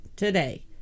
Today